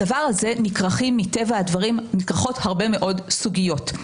בדבר הזה נכרכות הרבה מאוד סוגיות.